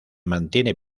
mantiene